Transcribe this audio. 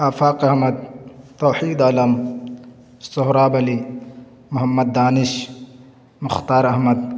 Afaq Ahmed Tauheed Alam Sohrab Ali Mohammad Danish Mukhtar Ahmad